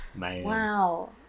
Wow